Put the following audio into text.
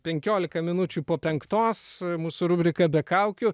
penkiolika minučių po penktos mūsų rubrika be kaukių